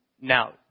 now